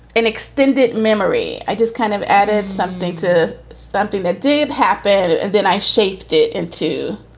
an extended memory i just kind of added something to something that did happen. and then i shaped it into